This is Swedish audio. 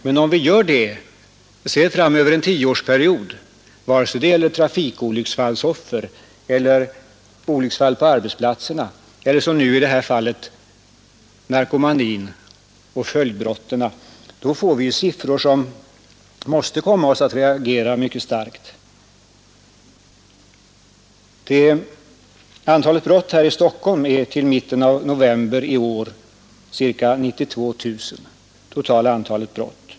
Men om vi försöker överblicka en tioårsperiod, vare sig det gäller trafikolycksoffer, olycksfall på arbetsplatserna eller, som i detta fall, narkomanin och dess följdbrott, får vi siffror som måste komma oss att reagera mycket starkt. Det totala antalet brott i Stockholm i år fram till mitten av november månad var ca 92000.